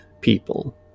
people